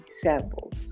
samples